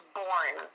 born